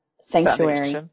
sanctuary